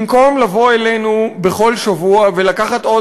במקום לבוא אלינו בכל שבוע ולקחת עוד